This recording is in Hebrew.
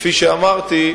כפי שאמרתי,